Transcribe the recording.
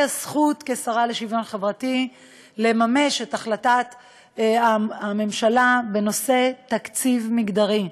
הזכות כשרה לשוויון חברתי לממש את החלטת הממשלה בנושא תקציב מגדרי.